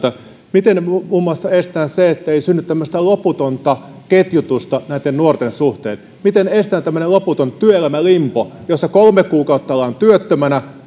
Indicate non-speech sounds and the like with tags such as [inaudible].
miten muun muassa estetään se ettei synny tämmöistä loputonta ketjutusta näitten nuorten suhteen miten estetään tämmöinen loputon työelämälimbo jossa kolme kuukautta ollaan työttömänä [unintelligible]